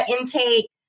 intake